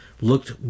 looked